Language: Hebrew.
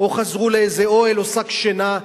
או חזרו לאיזה אוהל או שק שינה.